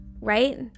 right